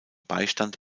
beistand